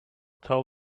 tell